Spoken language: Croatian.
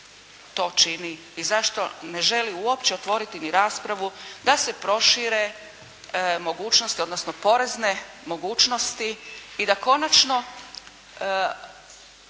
to čini i zašto ne želi uopće otvoriti ni raspravu da se prošire mogućnosti odnosno porezne mogućnosti i da konačno